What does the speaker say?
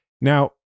Now